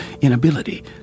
inability